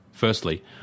Firstly